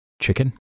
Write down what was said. chicken